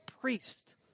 priest